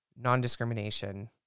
non-discrimination